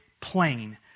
plain